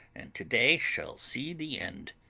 and to-day shall see the end.